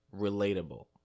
relatable